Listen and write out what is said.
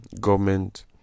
government